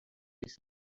his